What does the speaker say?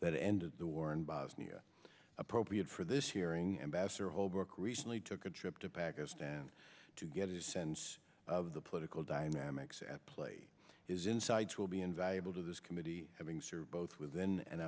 that ended the war in bosnia appropriate for this hearing ambassador holbrooke recently took a trip to pakistan to get a sense of the political dynamics at play his insights will be invaluable to this committee having served both within an